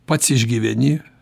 pats išgyveni